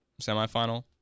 semifinal